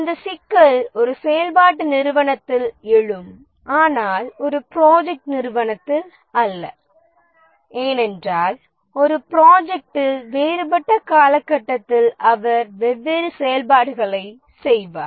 அந்த சிக்கல் ஒரு செயல்பாட்டு நிறுவனத்தில் எழும் ஆனால் ஒரு ப்ராஜெக்ட் நிறுவனத்தில் அல்ல ஏனென்றால் ஒரே ப்ராஜெக்ட்டில் வேறுபட்ட காலகட்டத்தில் அவர் வெவ்வேறு செயல்பாடுகளைச் செய்வார்